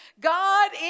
God